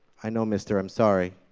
i know mister i'm sorry.